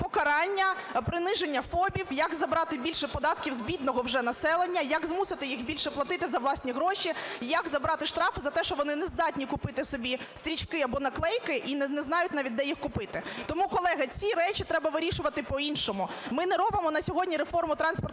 покарання, приниження ФОПів, як забрати більше податків з бідного вже населення, як змусити їх більше платити за власні гроші, як забрати штрафи за те, що вони не здатні купити собі стрічки або наклейки, і не знають навіть де їх купити. Тому, колеги, ці речі треба вирішувати по-іншому. Ми не робимо на сьогодні реформу транспортної